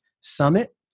Summit